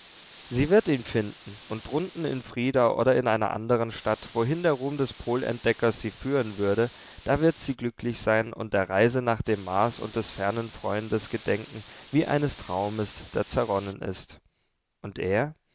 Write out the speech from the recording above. sie wird ihn finden und drunten in friedau oder in einer andern stadt wohin der ruhm des polentdeckers sie führen würde da wird sie glücklich sein und der reise nach dem mars und des fernen freundes gedenken wie eines traumes der zerronnen ist und er